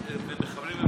מבחינתו הם מחבלים.